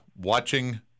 Watching